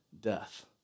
death